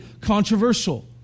controversial